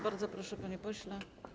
Bardzo proszę, panie pośle.